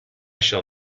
shall